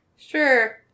Sure